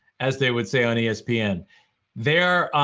as they would say on espn. there,